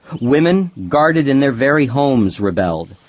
women, guarded in their very homes, rebelled.